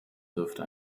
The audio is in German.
dürfte